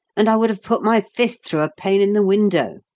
and i would have put my fist through a pane in the window.